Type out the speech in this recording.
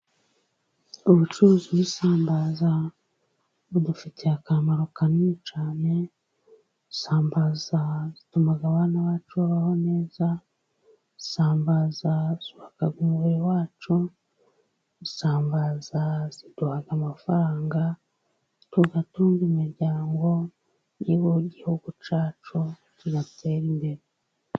Ubucuruzi bu'isambaza budufitiye akamaro kanini cyane, isambaza zituma abana bacu babaho neza, isambaza zubaka umubiri wacu, isambaza ziduha amafaranga, tugatunga imiryango yewe n'igihugu cyacu kigatera imbere.